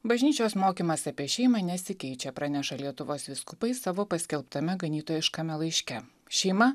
bažnyčios mokymas apie šeimą nesikeičia praneša lietuvos vyskupai savo paskelbtame ganytojiškame laiške šeima